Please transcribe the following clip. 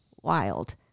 wild